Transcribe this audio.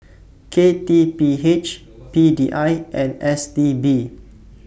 K T P H P D I and S T B